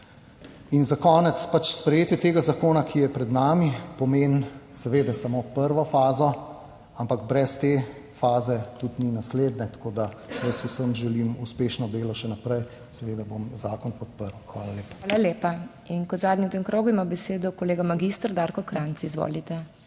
In za konec, pač sprejetje tega zakona, ki je pred nami, pomeni seveda samo prvo fazo, ampak brez te faze tudi ni naslednje, tako da jaz vsem želim uspešno delo še naprej. Seveda bom zakon podprl. Hvala lepa. PODPREDSEDNICA MAG. MEIRA HOT: Hvala lepa. In kot zadnji v tem krogu ima besedo kolega magister Darko Krajnc. Izvolite.